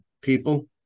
people